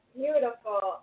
beautiful